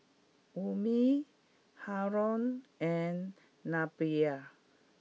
Ummi Haron and Nabila